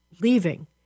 leaving